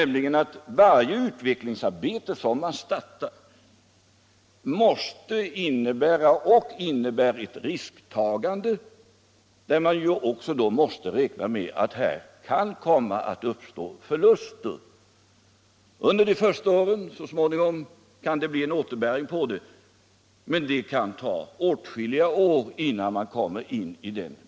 Men varje utvecklingsarbete som man startar innebär ett risktagande, och man måste räkna med att det kan uppkomma förluster under de första åren. Så småningom kan arbetet ge återbäring, men det kan ta åtskilliga år innan man kommit dithän.